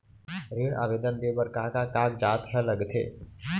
ऋण आवेदन दे बर का का कागजात ह लगथे?